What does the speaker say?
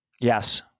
Yes